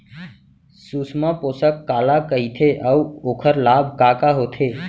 सुषमा पोसक काला कइथे अऊ ओखर लाभ का का होथे?